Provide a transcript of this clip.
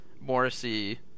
Morrissey